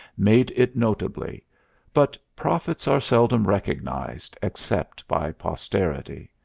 made it notably but prophets are seldom recognized except by posterity.